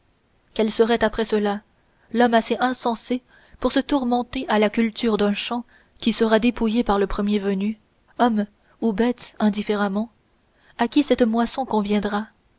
quel serait après cela l'homme assez insensé pour se tourmenter à la culture d'un champ qui sera dépouillé par le premier venu homme ou bête indifféremment à qui cette moisson conviendra